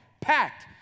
packed